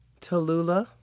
Tallulah